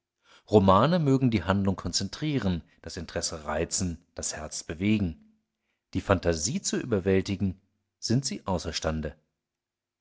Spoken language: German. romane mögen die handlung konzentrieren das interesse reizen das herz bewegen die phantasie zu überwältigen sind sie